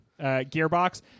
gearbox